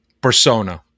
persona